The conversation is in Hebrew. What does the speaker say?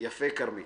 יפה כרמית.